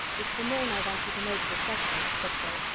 it's the name i want you to notice especially, said phil.